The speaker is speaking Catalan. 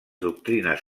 doctrines